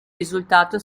risultato